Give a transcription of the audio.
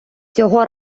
цього